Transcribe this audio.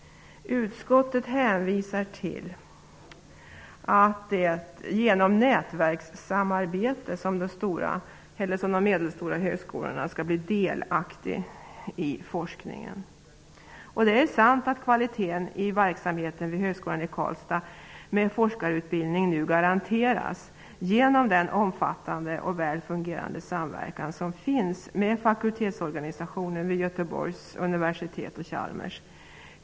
Utskottet hänvisar till att det är genom nätverkssamarbete som de medelstora högskolorna skall bli delaktiga i forskningen. Kvaliteten i verksamheten med forskarutbildning vid högskolan i Karlstad garanteras nu genom en omfattande och väl fungerande samverkan med fakultetsorganisationen vid Göteborgs universitet och Charlmers.